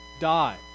die